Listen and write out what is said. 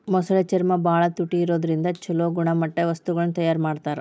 ಮೊಸಳೆ ಚರ್ಮ ಬಾಳ ತುಟ್ಟಿ ಇರೋದ್ರಿಂದ ಚೊಲೋ ಗುಣಮಟ್ಟದ ವಸ್ತುಗಳನ್ನ ತಯಾರ್ ಮಾಡ್ತಾರ